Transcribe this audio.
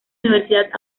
universidad